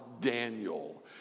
Daniel